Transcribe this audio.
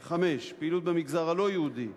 5. פעילות במגזר הלא-יהודי,